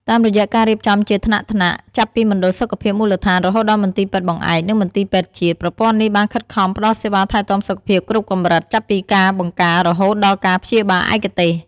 តាមរយៈការរៀបចំជាថ្នាក់ៗ ចាប់ពីមណ្ឌលសុខភាពមូលដ្ឋាន រហូតដល់មន្ទីរពេទ្យបង្អែក និងមន្ទីរពេទ្យជាតិ ប្រព័ន្ធនេះបានខិតខំផ្តល់សេវាថែទាំសុខភាពគ្រប់កម្រិត ចាប់ពីការបង្ការរហូតដល់ការព្យាបាលឯកទេស។